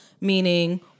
Meaning